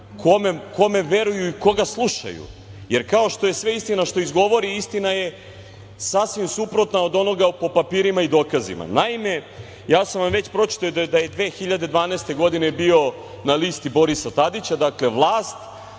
kome veruju i koga slušaju, jer kao što je sve istina što izgovori, istina je sasvim suprotna od onoga po papirima i dokazima. Naime, ja sam vam već pročitao da je 2012. godine bio na listi Borisa Tadića, dakle, vlast,